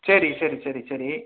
சரி சரி சரி சரி